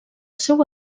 seu